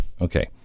Okay